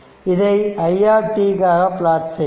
இதை iகாக பிளாட் செய்யலாம்